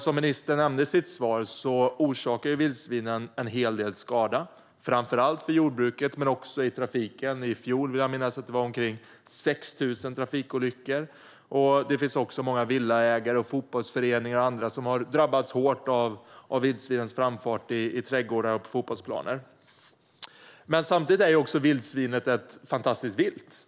Som ministern nämnde i sitt svar orsakar vildsvinen en hel del skador, framför allt för jordbruket men också i trafiken. Jag vill minnas att det i fjol var omkring 6 000 trafikolyckor. Det finns också många villaägare, fotbollsföreningar och andra som har drabbats hårt av vildsvinens framfart i trädgårdar och på fotbollsplaner. Samtidigt är vildsvinet ett fantastiskt vilt.